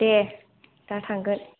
दे दा थांगोन